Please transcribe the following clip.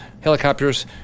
helicopters